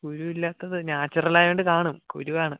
കുരു ഇല്ലാത്തത് നാച്ചുറലായത് കൊണ്ട് കാണും കുരു കാണും